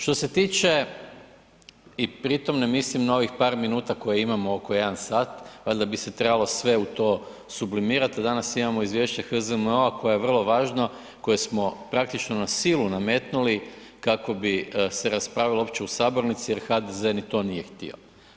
Što se tiče i pri tome ne mislim na ovih par minuta koje imamo oko 1h, valjda bi se trebalo sve u to sublimirati a danas imamo Izvješće HZMO-a koje je vrlo važno, koje smo praktično na silu nametnuli kako bi se raspravilo uopće u sabornici jer HDZ ni to nije htio.